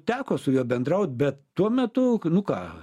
teko su juo bendraut bet tuo metu nu ką